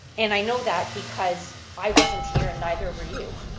and i know that because i wasn't here, and neither were you.